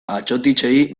atsotitzei